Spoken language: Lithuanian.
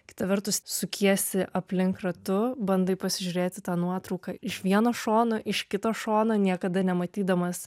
kita vertus sukiesi aplink ratu bandai pasižiūrėti tą nuotrauką iš vieno šono iš kito šono niekada nematydamas